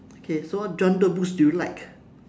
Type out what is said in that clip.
okay so what genre books do you like